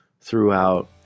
throughout